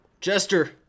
Jester